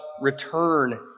return